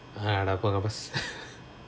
அட போங்க:ada ponga boss